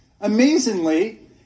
Amazingly